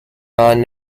non